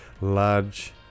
large